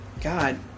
God